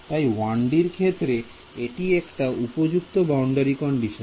তাই 1D র ক্ষেত্রে এটি একটি উপযুক্ত বাউন্ডারি কন্ডিশন